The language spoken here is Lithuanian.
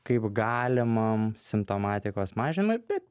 kaip galimam simptomatikos mažinimui bet